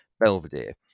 Belvedere